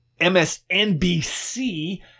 MSNBC